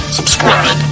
Subscribe